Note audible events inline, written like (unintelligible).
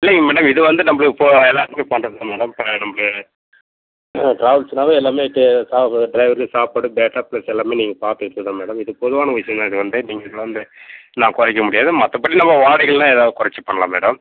இல்லைங்க மேடம் இது வந்து நம்பளுக்கு பொ எல்லாருக்குமே பண்ணுறது தான் மேடம் இப்போ நமக்கு ட்ராவல்ஸ்னாவே எல்லாமே சே (unintelligible) ட்ரைவருக்கு சாப்பாடு பேட்டா ப்ளஸ் எல்லாமே நீங்கள் பார்த்துக்கறது தான் மேடம் இது பொதுவான விஷயம் தான் இது வந்து நீங்கள் (unintelligible) வந்து நான் குறைக்க முடியாது மற்றபடி நம்ம வாடகைலாம் ஏதாவது குறச்சி பண்ணலாம் மேடம்